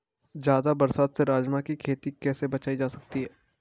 ज़्यादा बरसात से राजमा की खेती कैसी बचायी जा सकती है?